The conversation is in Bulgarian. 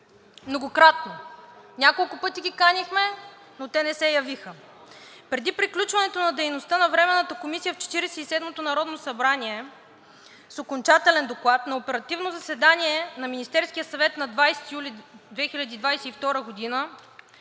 многократно. Няколко пъти ги канихме, но те не се явиха. Преди приключването на дейността на Временната комисия в Четиридесет и седмото народно събрание с окончателен доклад на оперативно заседание на Министерския съвет на 20 юли